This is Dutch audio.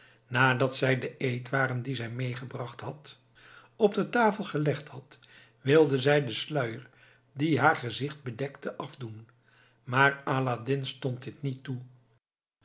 nadat zij de eetwaren die ze meegebracht had op de tafel gelegd had wilde zij den sluier die haar gezicht bedekte afdoen maar aladdin stond dit niet toe